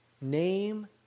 Name